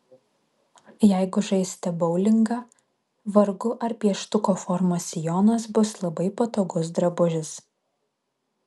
jeigu žaisite boulingą vargu ar pieštuko formos sijonas bus labai patogus drabužis